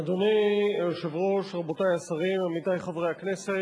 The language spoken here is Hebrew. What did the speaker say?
אדוני היושב-ראש, רבותי השרים, עמיתי חברי הכנסת,